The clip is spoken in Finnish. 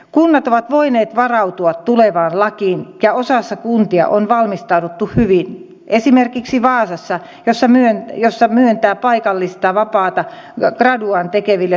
kunnat ovat voineet varautua tulevaan lakiin ja osassa kuntia on valmistauduttu hyvin esimerkiksi vaasassa jossa myönnetään palkallista vapaata graduaan tekeville sosiaalityöntekijöille